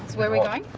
where we going?